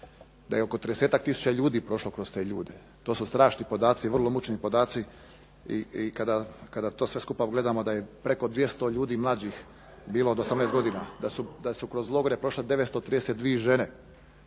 Da je oko 30-ak tisuća ljudi prošlo kroz te logore. To su strašni podaci, vrlo mučni podaci. I kada sve to skupa gledamo da je preko 200 ljudi mlađih bilo od 10 godina, da su kroz logore pošle 932 žene.